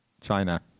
china